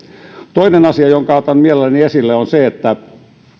toinen asia jonka otan mielelläni esille on se että